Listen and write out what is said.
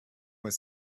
was